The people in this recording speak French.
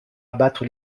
abattre